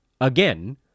again